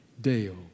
Deo